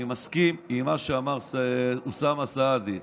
אני מסכים למה שאמר אוסאמה סעדי.